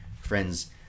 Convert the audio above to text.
Friends